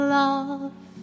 love